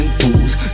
fools